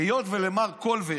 היות שלמר קולבר